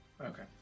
Okay